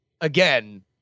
again